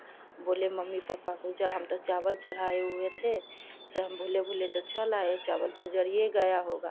बोले mummy papa को जा हम तो चावल चढ़ाए हुए थे से हम भुल्ले भुल्ले तो चल आए चावल तो जरिए गया होगा